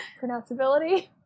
pronounceability